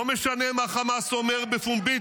לא משנה מה חמאס אומר פומבית,